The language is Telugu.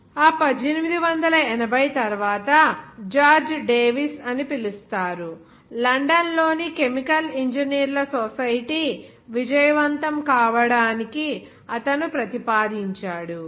ఆ 1880 తరువాత జార్జ్ డేవిస్ అని పిలుస్తారు లండన్లోని కెమికల్ ఇంజనీర్ల సొసైటీ విజయవంతం కావడానికి అతను ప్రతిపాదించాడు